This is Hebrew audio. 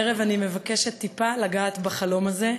והערב אני מבקשת טיפה לגעת בחלום הזה,